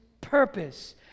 purpose